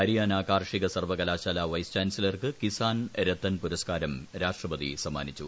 ഹരിയാന കാർഷിക സർവ്വകലാശാലാ വൈസ് ചാൻസലർക്ക് കിസാൻ രത്തൻ പുരസ്ക്കാരം രാഷ്ട്രപതി സമ്മാനിച്ചു